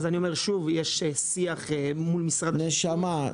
אני אומר שוב: יש שיח מול משרד השיכון -- נשמה,